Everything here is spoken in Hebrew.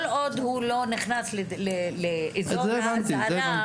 כל עוד הוא לא נכנס לאזור האזהרה,